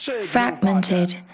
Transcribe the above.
fragmented